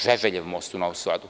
Žeželjev most u Novom Sadu?